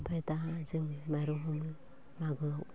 ओमफाय दा जों माइरं हमो मागोआव